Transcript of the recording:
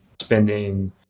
spending